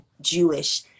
jewish